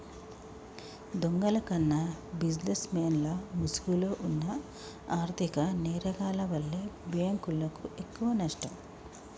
దొంగల కన్నా బిజినెస్ మెన్ల ముసుగులో వున్న ఆర్ధిక నేరగాల్ల వల్లే బ్యేంకులకు ఎక్కువనష్టం